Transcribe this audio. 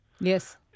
Yes